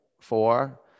four